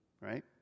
right